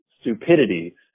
stupidity